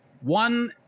One